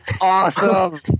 Awesome